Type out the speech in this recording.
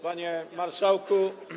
Panie Marszałku!